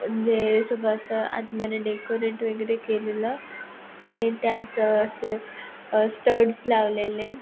म्हणजे सगळं असं आतमध्ये डेकोरेट वगैरे केलेलं आणि त्यात ते स्टड्स लावलेले